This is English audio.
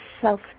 self